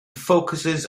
focuses